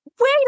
wait